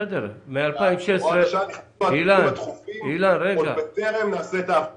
בסדר אבל מ-2016 עד 2017,